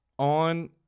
On